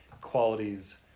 qualities